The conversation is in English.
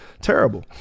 terrible